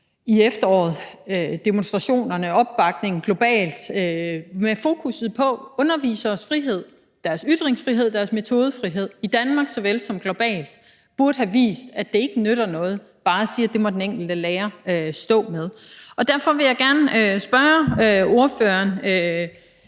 i efteråret og demonstrationerne og opbakningen globalt, med fokus på underviseres frihed – deres ytringsfrihed, deres metodefrihed – i Danmark såvel som globalt burde have vist, at det ikke nytter noget bare at sige, at det må den enkelte lærer selv stå med. Derfor vil jeg gerne spørge ordføreren